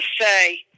say